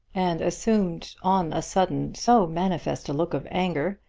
and assumed on a sudden so manifest a look of anger,